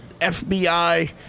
FBI